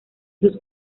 sus